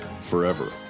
forever